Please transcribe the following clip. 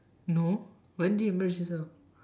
no when did you embarrass yourself